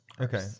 Okay